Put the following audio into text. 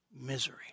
misery